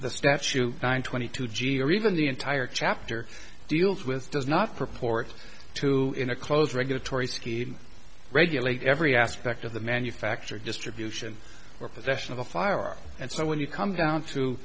the statute twenty two g or even the entire chapter deals with does not proportionate to in a closed regulatory scheme regulate every aspect of the manufacture distribution or possession of a firearm and so when you come down to